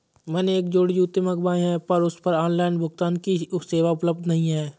मैंने एक जोड़ी जूते मँगवाये हैं पर उस पर ऑनलाइन भुगतान की सेवा उपलब्ध नहीं है